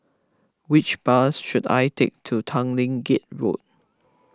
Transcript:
which bus should I take to Tanglin Gate Road